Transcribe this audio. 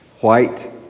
white